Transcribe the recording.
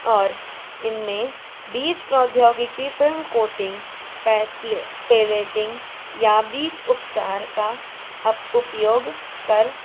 और इनमें बीच प्रौद्योगिकी फिल्म कोटिंग या बीच उपचार का अप उपयोग कर